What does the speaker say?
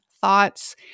thoughts